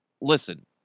Listen